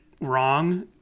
wrong